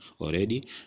Already